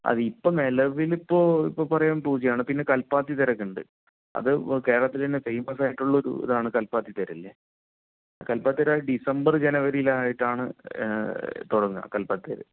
അതിപ്പോൾ നിലവിലിപ്പോൾ ഇപ്പോൾ പറയാൻ പൂജയാണ് പിന്നെ കല്പാത്തി തേരൊക്കെയുണ്ട് അത് കേരളത്തിലെത്തന്നെ ഫേമസായിട്ടുള്ള ഒരു ഇതാണ് കല്പാത്തി തേര് കല്പാത്തി തേര് ഡിസംബർ ജനുവരിയിലായിട്ടാണ് തുടങ്ങുക കല്പാത്തി തേര്